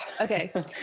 okay